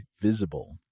Visible